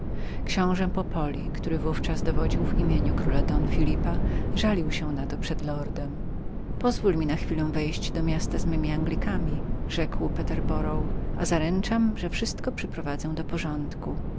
książe popoli który w ówczas dowodził w imieniu króla don phelipa żalił się na to przed lordem pozwól mi na chwilę wejść do miasta z mymi anglikami rzekł peterborough a zaręczam że wszystko przyprowadzę do porządku